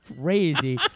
Crazy